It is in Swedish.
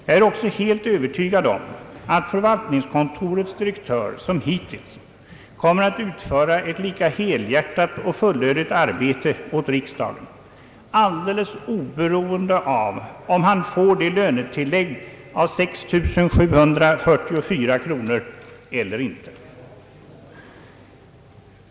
Jag är också helt övertygad om att förvaltningskontorets direktör som hittills kommer att utföra ett lika hel hjärtat och fullödigt arbete åt riksdagen, alldeles oberoende av om han får det lönetillägg av 6 744 kronor det här gäller eller inte.